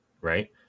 right